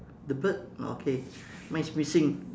the bird okay mine is missing